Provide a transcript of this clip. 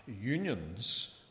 unions